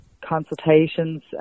consultations